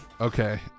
Okay